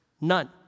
None